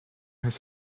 his